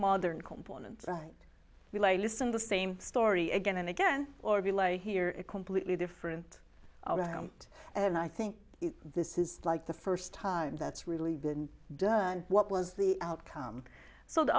modern components will listen the same story again and again or be like here a completely different and i think this is like the first time that's really been done and what was the outcome so the